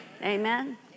Amen